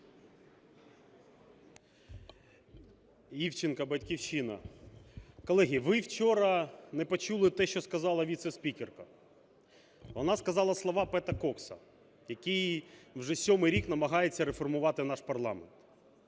Івченко, "Батьківщина". Колеги, ви вчора не почули те, що сказала віце-спікерка, вона сказала слова Пета Кокса, який вже сьомий рік намагається реформувати наш парламент.